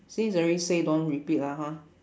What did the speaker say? since already say don't repeat lah ha